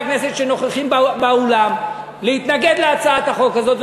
הכנסת שנוכחים באולם להתנגד להצעת החוק הזאת,